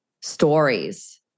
stories